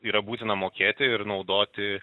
yra būtina mokėti ir naudoti